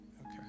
Okay